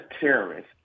terrorist